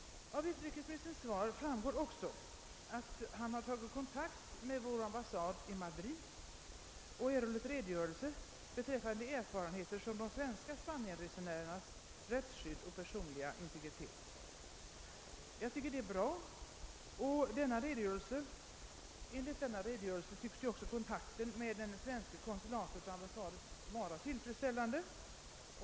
Av utrikesministerns svar framgår också att han tagit kontakt med vår ambassad i Madrid och erhållit redogörelse beträffande erfarenheterna av de svenska spanienresenärernas rättsskydd och personliga integritet. Jag tycker det är bra att utrikesministern gjort detta, och enligt redogörelsen tycks också kontakten med det svenska konsulatet ha varit tillfredsställande.